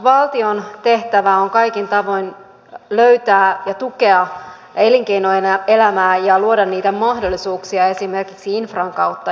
valtion tehtävä on kaikin tavoin löytää ja tukea elinkeinoelämää ja luoda mahdollisuuksia esimerkiksi infran kautta